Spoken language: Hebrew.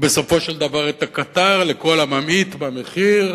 ובסופו של דבר את הקטר לכל הממעיט במחיר.